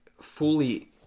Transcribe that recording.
fully